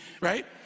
right